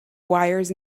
wires